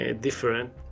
different